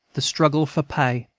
the struggle for pay